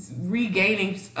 regaining